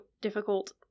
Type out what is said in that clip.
difficult